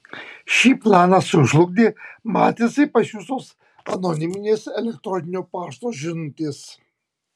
šį planą sužlugdė matricai pasiųstos anoniminės elektroninio pašto žinutės